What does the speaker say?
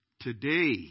Today